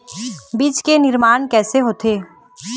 बीज के निर्माण कैसे होथे?